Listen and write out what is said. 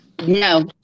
no